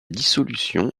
dissolution